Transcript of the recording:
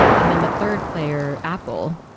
and then the third player, apple,